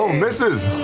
misses!